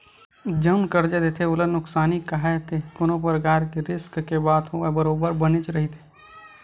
जउन करजा देथे ओला नुकसानी काहय ते कोनो परकार के रिस्क के बात होवय बरोबर बनेच रहिथे